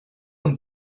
und